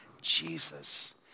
Jesus